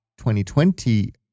2020